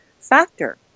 factor